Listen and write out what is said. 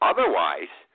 Otherwise